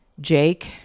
Jake